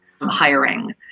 hiring